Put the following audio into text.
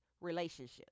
relationship